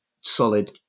solid